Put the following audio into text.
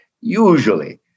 usually